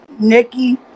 Nikki